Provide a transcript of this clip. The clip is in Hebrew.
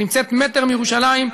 נמצאת מטר מירושלים.